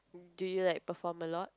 do you like perform a lot